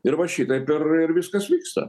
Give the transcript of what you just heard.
ir va šitaip ir ir viskas vyksta